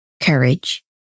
courage